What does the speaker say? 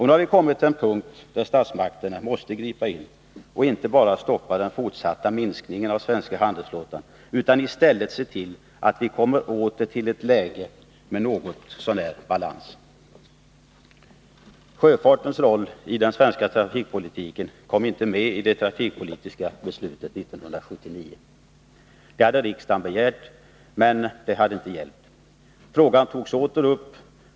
Nu har vi kommit till en punkt där statsmakterna måste gripa in och inte bara stoppa den fortsatta minskningen av den svenska handelsflottan utan också se till att vi åter kommer i ett läge med något så när balans. Sjöfartens roll i den svenska trafikpolitiken kom inte med i det trafikpolitiska beslutet 1979. Riksdagen hade begärt att den skulle tas med, men det hade inte hjälpt. Frågan togs åter upp.